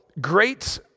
great